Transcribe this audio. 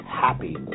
happy